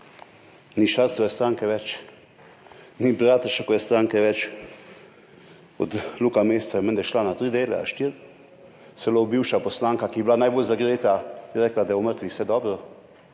Ni Šarčeve stranke več, ni Bratuškove stranke več, od Luka Mesca je menda šla na tri dele, štiri. Celo bivša poslanka, ki je bila najbolj zagreta, je rekla, da je v mrtvih vse dobro.